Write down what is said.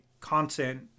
content